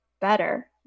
better